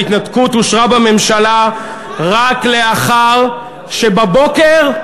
ההתנתקות אושרה בממשלה רק לאחר שבבוקר,